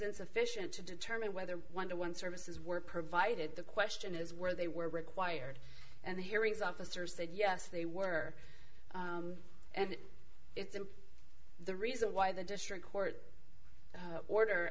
insufficient to determine whether one or one services were provided the question is where they were required and the hearings officer said yes they were and it's and the reason why the district court order